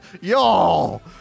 y'all